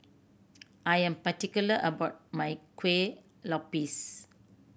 I am particular about my Kueh Lopes